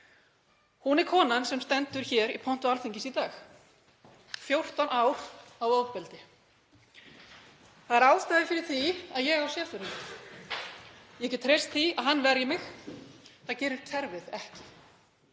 Hún er konan sem stendur hér í pontu Alþingis í dag. 14 ár af ofbeldi. Það er ástæða fyrir því að ég á schäfer-hund, ég get treyst því að hann verji mig. Það gerir kerfið ekki.